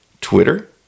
Twitter